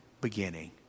beginning